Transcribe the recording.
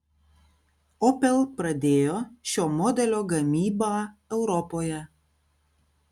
opel pradėjo šio modelio gamybą europoje